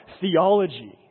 theology